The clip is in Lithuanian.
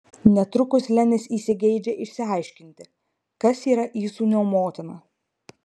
netrukus lenis įsigeidžia išsiaiškinti kas yra įsūnio motina